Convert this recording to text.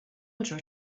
order